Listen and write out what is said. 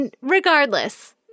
regardless